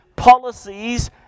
policies